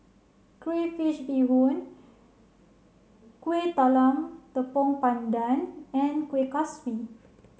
Crayfish Beehoon Kueh Talam Tepong Pandan and Kuih Kaswi